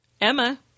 Emma